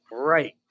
Right